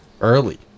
early